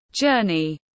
Journey